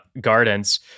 gardens